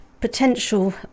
potential